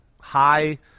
High